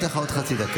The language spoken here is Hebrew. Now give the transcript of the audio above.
אתן לך עוד חצי דקה.